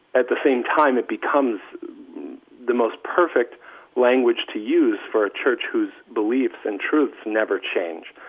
at the same time it becomes the most perfect language to use for a church whose beliefs and truths never change.